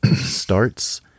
starts